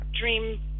dream